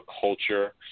culture